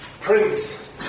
Prince